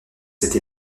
cette